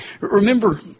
Remember